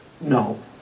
No